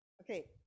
Okay